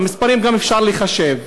מספרים גם אפשר לחשב.